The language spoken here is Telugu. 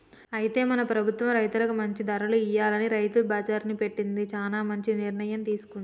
అయితే మన ప్రభుత్వం రైతులకు మంచి ధరలు ఇయ్యాలని రైతు బజార్ని పెట్టింది చానా మంచి నిర్ణయం తీసుకుంది